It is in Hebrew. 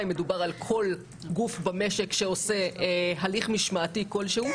אלא על כל גוף במשק שעושה הליך משמעתי כלשהו,